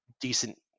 Decent